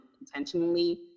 intentionally